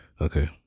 Okay